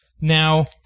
Now